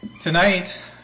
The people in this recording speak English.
Tonight